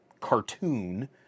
cartoon